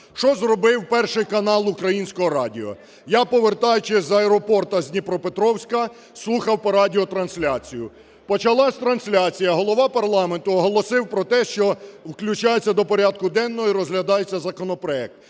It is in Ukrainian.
Що зробив Перший канал Українського радіо? Я, повертаючись з аеропорту з Дніпропетровська, слухав по радіо трансляцію. Почалася трансляція, голова парламенту оголосив про те, що включається до порядку денного і розглядається законопроект.